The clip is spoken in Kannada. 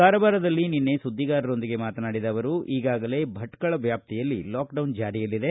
ಕಾರವಾರದಲ್ಲಿ ನಿನ್ನೆ ಸುದ್ದಿಗಾರರೊಂದಿಗೆ ಮಾತನಾಡಿದ ಅವರು ಈಗಾಗಲೇ ಭಟ್ಕಳ ವ್ಯಾಪ್ತಿಯಲ್ಲಿ ಲಾಕ್ಡೌನ್ ಜಾರಿಯಲ್ಲಿದೆ